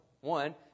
One